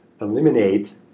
eliminate